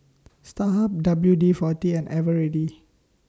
Starhub W D forty and Eveready